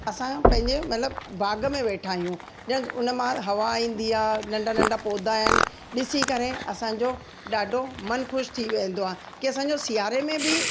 असां पंहिंजे मतिलबु बाग़ में वेठा आहियूं ॼण उन मां हवा ईंदी आहे नंढा नंढा पौधा आहिनि ॾिसी करे असांजो ॾाढो मनु ख़ुशि थी वेंदो आहे की असांजो सियारे में बि